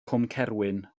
cwmcerwyn